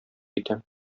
итәм